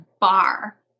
bar